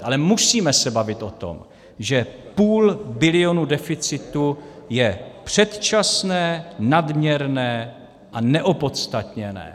Ale musíme se bavit o tom, že půl bilionu deficitu je předčasné, nadměrné a neopodstatněné.